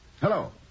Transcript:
Hello